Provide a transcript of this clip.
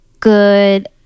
good